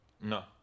No